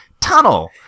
tunnel